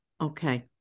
okay